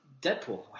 Deadpool